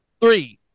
Three